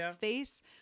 face